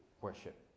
worship